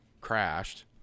Crashed